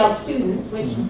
students which.